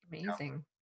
Amazing